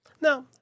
Now